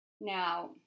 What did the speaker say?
Now –